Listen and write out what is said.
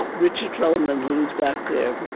richard feldman, who's back there,